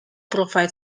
provide